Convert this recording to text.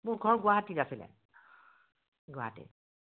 মোৰ ঘৰ গুৱাহাটীত আছিলে গুৱাহাটী